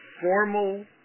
formal